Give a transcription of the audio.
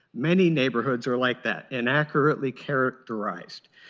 many neighborhoods are like that, and accurately characterized.